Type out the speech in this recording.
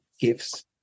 gifts